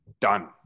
done